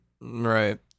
Right